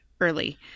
early